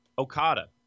Okada